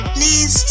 Please